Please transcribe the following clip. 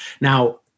Now